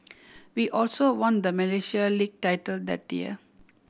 we also won the Malaysia League title that year